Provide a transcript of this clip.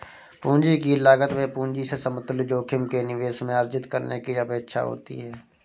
पूंजी की लागत में पूंजी से समतुल्य जोखिम के निवेश में अर्जित करने की अपेक्षा होती है